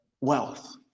wealth